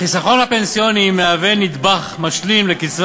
החיסכון הפנסיוני מהווה נדבך משלים לקצבה